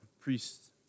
priests